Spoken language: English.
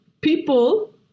people